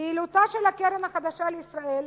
פעילותה של הקרן החדשה לישראל,